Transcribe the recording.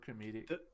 comedic